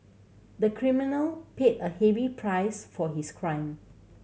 the criminal paid a heavy price for his crime